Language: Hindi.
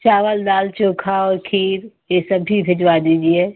चावल दाल चोखा और खीर ये सभी भिजवा दीजिए